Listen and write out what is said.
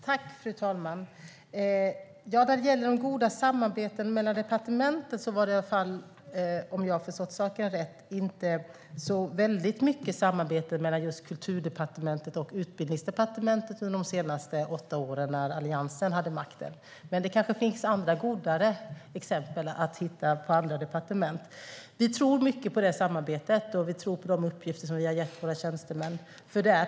Fru talman! När det gäller goda samarbeten mellan departementen var det, om jag har förstått rätt, inte så mycket samarbete mellan just Kulturdepartementet och Utbildningsdepartementet under de senaste åtta åren när Alliansen hade makten. Men det kanske finns andra godare exempel att hitta på andra departement. Vi tror mycket på det samarbetet, och vi tror på de uppgifter som vi har gett våra tjänstemän.